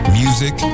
music